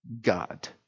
God